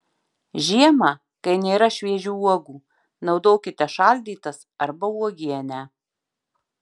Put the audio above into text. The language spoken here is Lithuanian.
žiemą kai nėra šviežių uogų naudokite šaldytas arba uogienę